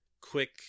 quick